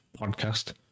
podcast